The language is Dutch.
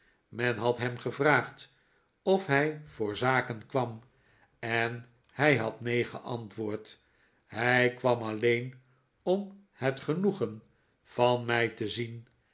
men had hem gevraagd of hij voor zaken kwam en hij had neen geantwoord hij kwam alleen om het genoegen van mij te zien